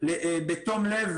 בתום לב.